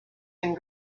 and